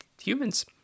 humans